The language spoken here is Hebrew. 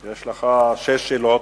יש לך שש שאלות.